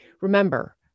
Remember